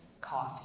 coffee